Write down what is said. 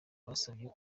basabye